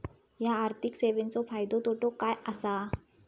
हया आर्थिक सेवेंचो फायदो तोटो काय आसा?